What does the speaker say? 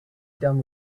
done